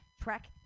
trek